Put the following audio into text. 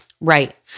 Right